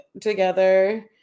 together